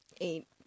Eight